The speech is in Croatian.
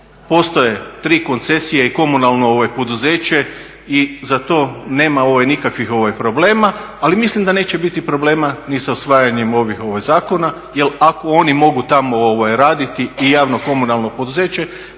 postoje tri koncesije i komunalno poduzeće i za to nema nikakvih problema. Ali mislim da neće biti problema ni sa usvajanjem ovih zakona jel ako oni mogu tamo raditi i javno komunalno poduzeće